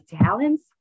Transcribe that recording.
talents